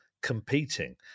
competing